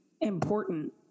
important